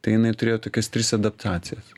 tai jinai turėjo tokias tris adaptacijas